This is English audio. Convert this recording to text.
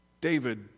David